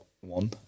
one